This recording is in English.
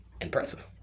impressive